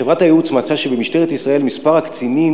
חברת הייעוץ מצאה שבמשטרת ישראל מספר הקצינים